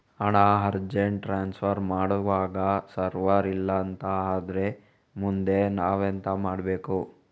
ಹಣ urgent transfer ಮಾಡ್ವಾಗ server ಇಲ್ಲಾಂತ ಆದ್ರೆ ಮುಂದೆ ನಾವೆಂತ ಮಾಡ್ಬೇಕು?